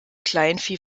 kleinvieh